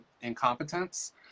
incompetence